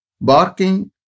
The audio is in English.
barking